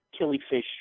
killifish